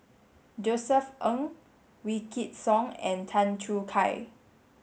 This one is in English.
Josef Ng Wykidd Song and Tan Choo Kai